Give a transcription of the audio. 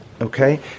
Okay